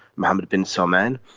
mohammed bin salman.